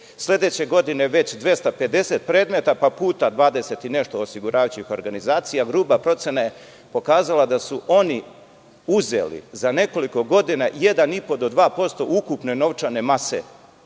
sledeće godine već 250 predmeta, pa puta dvadeset i nešto osiguravajućih organizacija, gruba procena je pokazala da su oni uzeli za nekoliko godina 1,5-2% ukupne novčane mase